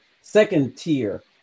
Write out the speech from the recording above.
second-tier